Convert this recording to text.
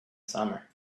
summer